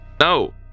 No